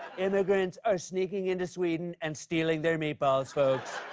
immigrants are sneaking into sweden and stealing their meatballs, folks.